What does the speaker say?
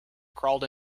crawled